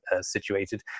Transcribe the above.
situated